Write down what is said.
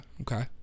Okay